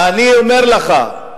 אני אומר לך,